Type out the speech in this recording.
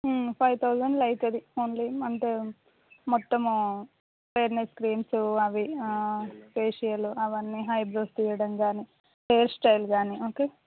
five తౌజండ్లో అవుతుంది only అంటే మొత్తమూ ఫెయిర్నెస్ క్రీమ్సు అవి ఫేషియలు అవన్నీ ఐ బ్రోస్ తీయడం గానీ హెయిర్ స్టైల్ గానీ ఓకే